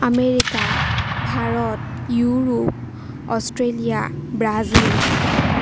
America Bharat Europe Australia Brazil